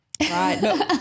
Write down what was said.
Right